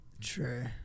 True